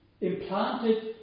implanted